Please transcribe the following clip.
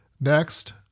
Next